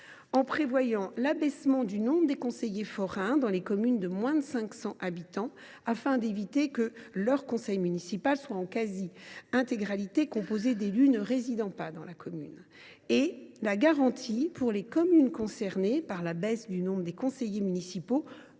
part, l’abaissement du nombre maximal de conseillers forains dans les communes de moins de 500 habitants, afin d’éviter que leurs conseils municipaux ne soient en quasi intégralité composés d’élus ne résidant pas dans la commune ; d’autre part, la garantie pour les communes concernées par la baisse du nombre de conseillers municipaux